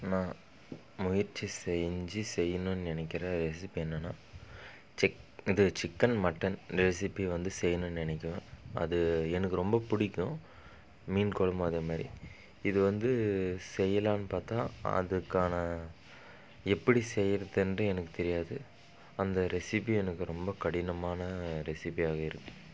நான் முயற்சி செஞ்சு செய்யணுன்னு நினைக்கிற ரெசிபி என்னன்னா சிக் இது சிக்கன் மட்டன் ரெசிப்பியை வந்து செய்யணுன்னு நினைக்கிவேன் அது எனக்கு ரொம்ப பிடிக்கும் மீன் குழம்பும் அதே மாரி இது வந்து செய்யலான்னு பார்த்தா அதற்கான எப்படி செய்யறதுன்ட்டு எனக்கு தெரியாது அந்த ரெசிபி எனக்கு ரொம்ப கடினமான ரெசிபியாகவே இருக்கு